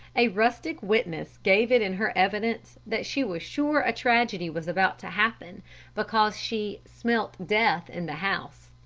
a rustic witness gave it in her evidence that she was sure a tragedy was about to happen because she smelt death in the house,